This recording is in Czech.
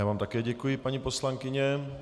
Já vám také děkuji, paní poslankyně.